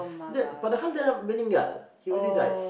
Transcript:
that but the harder he already died